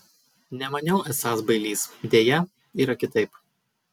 nemaniau esąs bailys deja yra kitaip